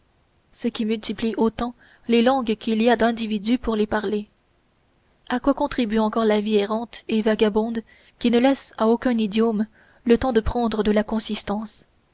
ce qui multiplie autant les langues qu'il y a d'individus pour les parler à quoi contribue encore la vie errante et vagabonde qui ne laisse à aucun idiome le temps de prendre de la consistance